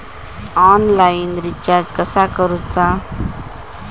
Online recharge कसा करूचा?